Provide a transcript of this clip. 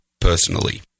personally